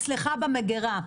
אצלך במגרה.